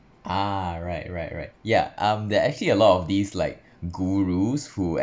ah right right right yeah um there are actually a lot of these like gurus who